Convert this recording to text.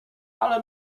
ale